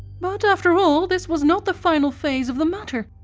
but after all, this was not the final phase of the matter.